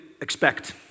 expect